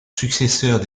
successeurs